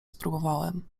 spróbowałem